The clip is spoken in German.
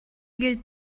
gilt